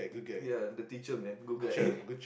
ya the teacher man good guy